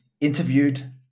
interviewed